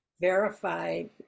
verified